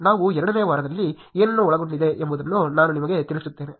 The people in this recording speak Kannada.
ನಾವು 2 ನೇ ವಾರದಲ್ಲಿ ಏನನ್ನು ಒಳಗೊಂಡಿದೆ ಎಂಬುದನ್ನು ನಾನು ನಿಮಗೆ ತಿಳಿಸುತ್ತೇನೆ